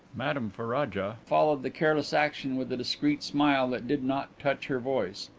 madame ferraja followed the careless action with a discreet smile that did not touch her voice.